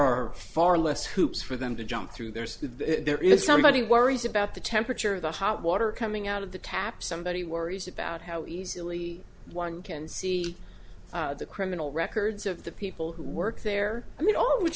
are far less hoops for them to jump through there's there is somebody worries about the temperature of the hot water coming out of the tap somebody worries about how easily one can see the criminal records of the people who work there i mean